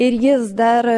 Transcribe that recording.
ir jis dar